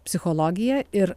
psichologija ir